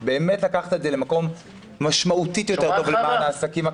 באמת לקחת את זה למקום משמעותית יותר טוב למען העסקים הקטנים.